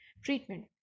Treatment